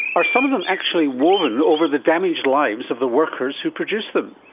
are some of them actually woven over the damaged lives of the workers who produce them?